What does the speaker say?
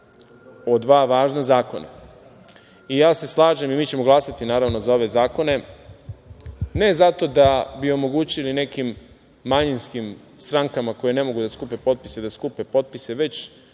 o dva važna zakona, i ja se slažem i mi ćemo glasati, naravno, za ove zakone, ne zato da bi omogućili nekim manjinskim strankama koje ne mogu da skupe potpise, da skupe potpise, već